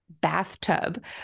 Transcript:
bathtub